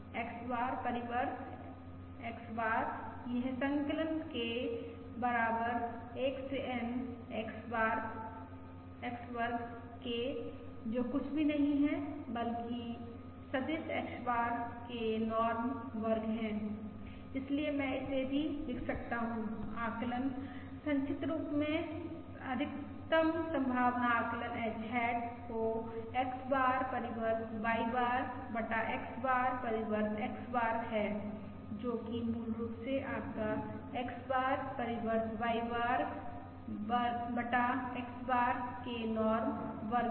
X बार परिवर्त X बार यह संकलन K बराबर 1 से N X वर्ग K जो कुछ भी नहीं है बल्कि सदिश X बार के नॉर्म वर्ग है इसलिए मैं इसे भी लिख सकता हूँ आकलन संक्षिप्त रूप में अधिकतम संभावना आकलन H हैट को X बार परिवर्त Y बार बटा X बार परिवर्त X बार है जो कि मूल रूप से आपका X बार परिवर्त Y बार वर्ग बटा X बार के नॉर्म वर्ग है